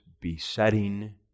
besetting